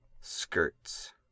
Skirts